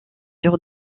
sur